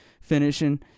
finishing